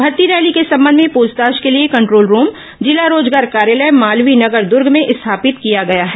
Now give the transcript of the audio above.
भर्ती रैली के संबंध में पूछताछ के लिए कंट्रोल रूम जिला रोजगार कार्यालय मालवीय नगर दुर्ग में स्थापित किया गया है